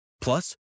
Plus